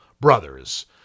brothers